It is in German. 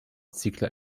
ziegler